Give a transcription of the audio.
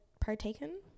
partaken